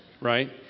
Right